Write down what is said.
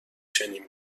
چنین